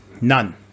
none